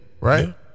right